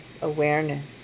awareness